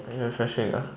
very refreshing ah